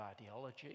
ideology